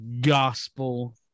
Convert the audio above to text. gospel